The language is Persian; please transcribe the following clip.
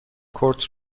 کورت